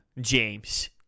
james